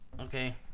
okay